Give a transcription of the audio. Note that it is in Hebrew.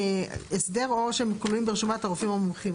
הסדר או שהם כלולים ברשימת הרופאים המומחים.